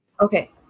Okay